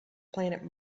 planet